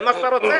זה מה שאתה רוצה?